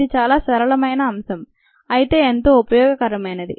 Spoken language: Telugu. ఇది చాలా సరళమైన అంశం అయితే ఎంతో ఉపయోగకరమైనది